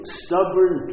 stubborn